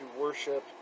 worship